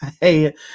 Hey